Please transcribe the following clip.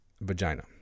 vagina